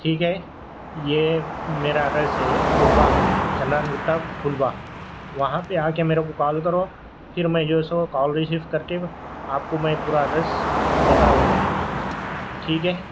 ٹھیک ہے یہ میرا ایڈریس ہے پھول باغ چندران گٹہ پھول باغ وہاں پہ آ کے میرے کو کال کرو پھر میں جو ہے سو کال ریسیو کر کے آپ کو میں پورا ایڈریس بتا دیتا ہوں ٹھیک ہے